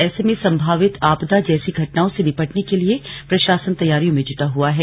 ऐसे में संभावित आपदा जैसी घटनाओं से निपटने के लिए प्रशासन तैयारियों में जुटा हुआ है